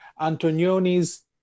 Antonioni's